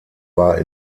war